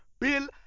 Bill